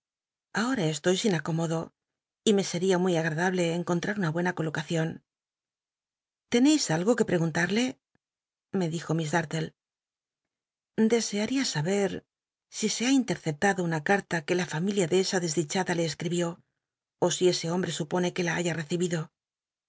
ahora estoy sin acomodo y me seria muy agmdable encontrar una buena colocacion l'encis algo que preguntarle me dijo miss darile desearía saber si se ha interceptado una carla que la familia de esa desdichada le escribió ó si ese hombre supone que la haya